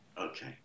Okay